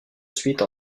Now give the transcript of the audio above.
suite